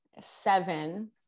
seven